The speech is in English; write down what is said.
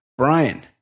Brian